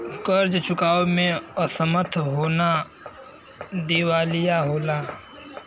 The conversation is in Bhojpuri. कर्ज़ चुकावे में असमर्थ होना दिवालिया होला